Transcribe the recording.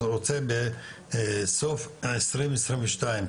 רוצה בסוף 2022,